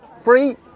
free